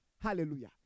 Hallelujah